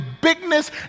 bigness